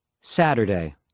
Saturday